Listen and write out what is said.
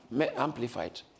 Amplified